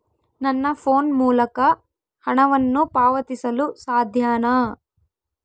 ನನ್ನ ಫೋನ್ ಮೂಲಕ ಹಣವನ್ನು ಪಾವತಿಸಲು ಸಾಧ್ಯನಾ?